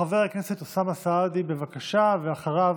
חבר הכנסת אוסאמה סעדי, בבקשה, ואחריו,